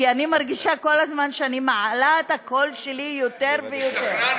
כי אני מרגישה כל הזמן שאני מעלה את הקול שלי יותר ויותר.